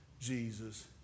Jesus